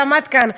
גם את כאן,